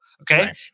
okay